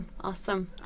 Awesome